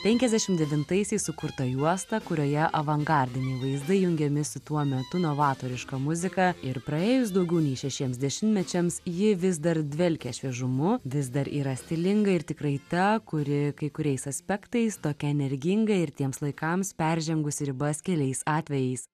penkiasdešim devintaisiais sukurta juosta kurioje avangardiniai vaizdai jungiami su tuo metu novatoriška muzika ir praėjus daugiau nei šešiems dešimtmečiams ji vis dar dvelkia šviežumu vis dar yra stilinga ir tikrai ta kuri kai kuriais aspektais tokia energinga ir tiems laikams peržengusi ribas keliais atvejais